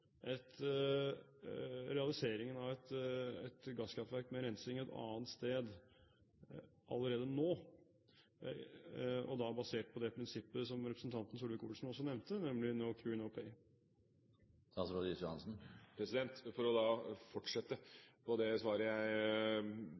et gasskraftverk med rensing et annet sted allerede nå, da basert på det prinsippet som representanten Solvik-Olsen nevnte, nemlig «no cure, no pay». For å fortsette